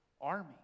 army